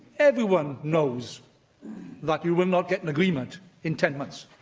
everyone knows that you will not get an agreement in ten months.